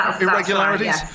irregularities